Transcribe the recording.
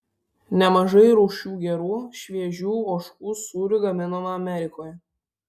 nemažai rūšių gerų šviežių ožkų sūrių gaminama amerikoje